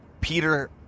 Peter